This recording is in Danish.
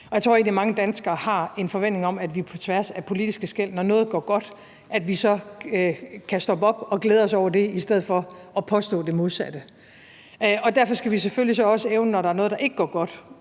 egentlig, at mange danskere har en forventning om, at når noget går godt, så kan vi på tværs af politiske skel stoppe op og glæde os over det i stedet for at påstå det modsatte. Og derfor skal vi selvfølgelig så også, når der er noget, der ikke går godt,